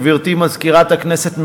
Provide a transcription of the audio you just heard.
גברתי מזכירת הכנסת,